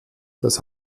das